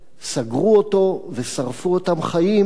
סגרו אותו ושרפו אותם חיים,